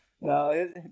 No